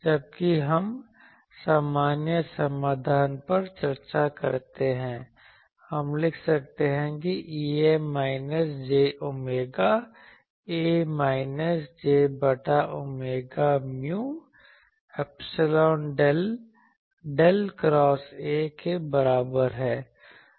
जबकि हम सामान्य समाधान पर चर्चा करते हैं हम लिख सकते हैं कि EA minus j omega A minus j बटा omega mu epsilon Del Del cross A के बराबर है